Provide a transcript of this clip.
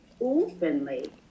openly